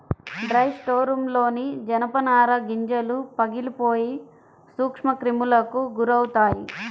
dry స్టోర్రూమ్లోని జనపనార గింజలు పగిలిపోయి సూక్ష్మక్రిములకు గురవుతాయి